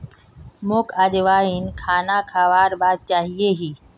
मोक अजवाइन खाना खाबार बाद चाहिए ही